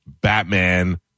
Batman